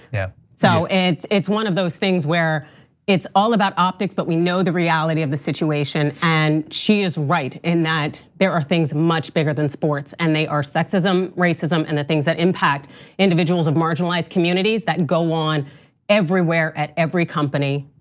yeah so it's it's one of those things where it's all about optics, but we know the reality of the situation. and she is right in that there are things much bigger than sports, and they are sexism, racism, and the things that impact individuals of marginalized communities that go on everywhere at every company,